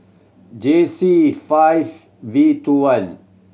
J C five V two one